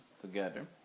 together